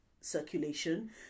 circulation